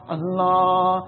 Allah